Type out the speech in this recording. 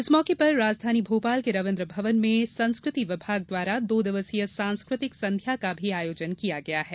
इस मौके पर राजधानी भोपाल के रवीन्द्र भवन में संस्कृति विभाग द्वारा दो दिवसीय सांस्कृतिक संध्या का भी आयोजन किया गया है